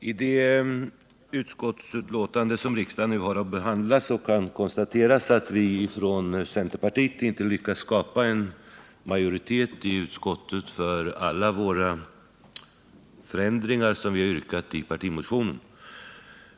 Herr talman! I det betänkande från jordbruksutskottet som riksdagen nu haratt behandla kan konstateras, att vi från centerpartiet inte lyckats skapa en majoritet för alla de förändringar som vi yrkat på i vår partimotion.